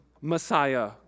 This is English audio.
Messiah